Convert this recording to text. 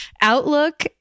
outlook